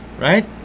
right